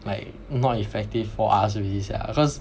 like not effective for us already sia cause